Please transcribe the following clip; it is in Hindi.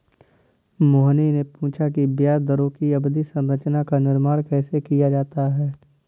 मोहिनी ने पूछा कि ब्याज दरों की अवधि संरचना का निर्माण कैसे किया जाता है?